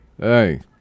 Hey